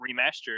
Remastered